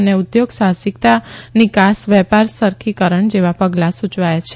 અને ઉદ્યોગ સાહસિકતા નિકાસ વેપાર સરખીકરણ જેવાં પગલાં સૂચવાયાં છે